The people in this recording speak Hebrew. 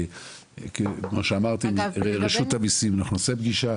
כמו שאמרתי עם רשות המיסים אנחנו נעשה פגישה,